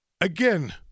Again